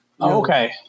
Okay